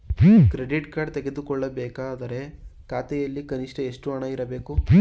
Credit card ತೆಗೆದುಕೊಳ್ಳಬೇಕಾದರೆ ಖಾತೆಯಲ್ಲಿ ಕನಿಷ್ಠ ಎಷ್ಟು ಹಣ ಇರಬೇಕು?